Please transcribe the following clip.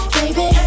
baby